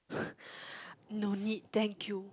no need thank you